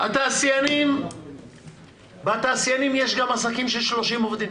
בתעשיינים יש גם עסקים של 30 עובדים,